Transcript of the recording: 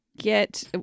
get